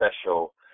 special